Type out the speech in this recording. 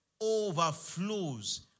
overflows